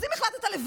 אז אם החלטת לבד,